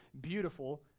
beautiful